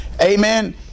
amen